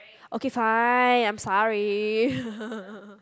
okay fine I'm sorry